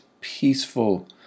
peaceful